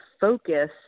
focus